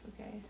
okay